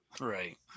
Right